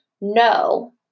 No